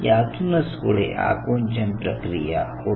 यातूनच पुढे आकुंचन प्रक्रिया होते